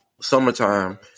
Summertime